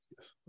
yes